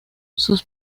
sus